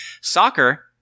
Soccer